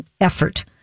effort